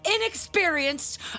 inexperienced